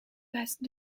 passent